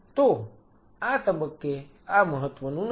તો આ તબક્કે આ મહત્વનું નથી